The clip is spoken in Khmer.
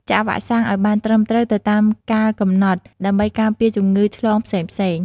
ចាក់វ៉ាក់សាំងឲ្យបានត្រឹមត្រូវទៅតាមកាលកំណត់ ដើម្បីការពារជំងឺឆ្លងផ្សេងៗ។